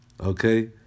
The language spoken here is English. Okay